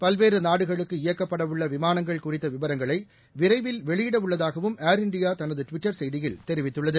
பல்வேறுநாடுகளுக்கு இயக்கப்படவுள்ளவிமானங்கள் குறித்தவிவரங்களைவிரைவில் வெளியிடவுள்ளதாகவும் ஏர்இந்தியாதனதுட்விட்டர் செய்தியில் தெரிவித்துள்ளது